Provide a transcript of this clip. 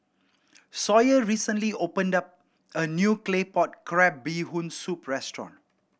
Sawyer recently opened a new Claypot Crab Bee Hoon Soup restaurant